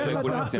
אבל אתם בעד תחרות.